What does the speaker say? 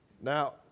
Now